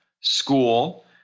school